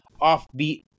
offbeat